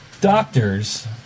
doctors